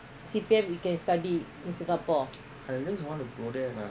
ah then go for a holiday don't say I want to go there